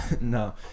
No